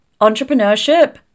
entrepreneurship